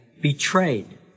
betrayed